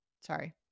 Sorry